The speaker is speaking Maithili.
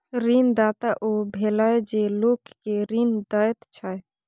ऋणदाता ओ भेलय जे लोक केँ ऋण दैत छै